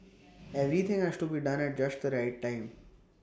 everything has to be done at just the right time